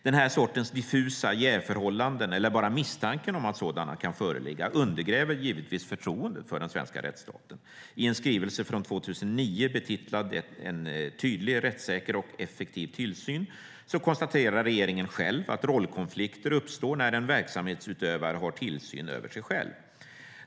Den här sortens diffusa jävsförhållanden - eller bara misstanken om att sådana kan föreligga - undergräver givetvis förtroendet för den svenska rättsstaten. I en skrivelse från 2009 betitlad En tydlig, rättssäker och effektiv tillsyn konstaterar regeringen själv att rollkonflikter uppstår när en verksamhetsutövare har tillsyn över sig själv.